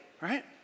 right